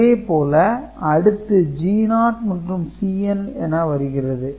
இதே போல அடுத்து G0 மற்றும் Cn என வருகிறது